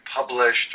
published